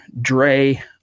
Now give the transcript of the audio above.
Dre